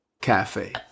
Cafe